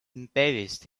embarrassed